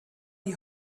die